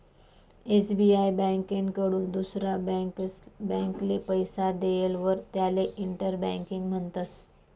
SBI ब्यांककडथून दुसरा ब्यांकले पैसा देयेलवर त्याले इंटर बँकिंग म्हणतस